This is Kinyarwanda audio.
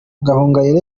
gahongayire